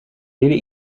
jullie